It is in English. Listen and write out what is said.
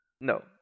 No